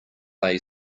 lay